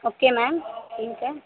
okay ma'am ठीक है